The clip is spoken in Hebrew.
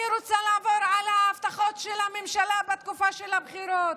אני רוצה לעבור על ההבטחות של הממשלה בתקופה של הבחירות.